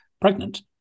pregnant